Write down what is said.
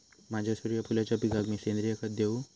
माझ्या सूर्यफुलाच्या पिकाक मी सेंद्रिय खत देवू?